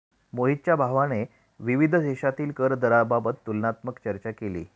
मोहितच्या भावाने विविध देशांतील कर दराबाबत तुलनात्मक चर्चा केली